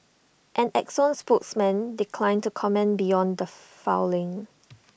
an exxon spokesman declined to comment beyond the filing